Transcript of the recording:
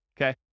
okay